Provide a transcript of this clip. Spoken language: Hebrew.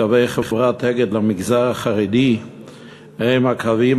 קווי חברת "אגד" למגזר החרדי הם הקווים